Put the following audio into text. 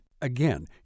Again